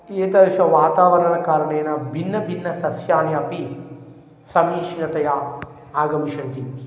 एतादृशवातावरण कारणेन भिन्न भिन्न सस्यानि अपि संमिश्रतया आगमिष्यन्ति